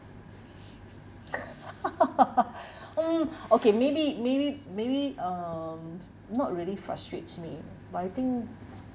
mm okay maybe maybe maybe um not really frustrates me but I think